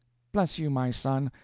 bless you, my son!